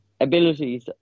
Abilities